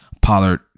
Pollard